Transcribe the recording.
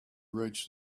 reach